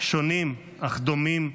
שונים אך דומים,